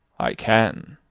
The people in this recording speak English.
i can.